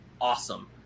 awesome